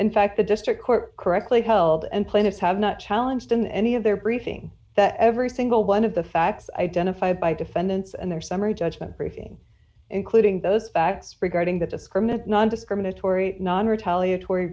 in fact the district court correctly held and plaintiffs have not challenged in any of their briefing that every single one of the facts identified by defendants and their summary judgment briefing including those facts regarding the discriminant nondiscriminatory non retaliat